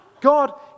God